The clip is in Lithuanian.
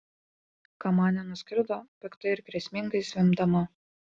kamanė nuskrido piktai ir grėsmingai zvimbdama